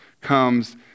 comes